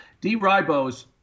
D-ribose